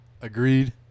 agreed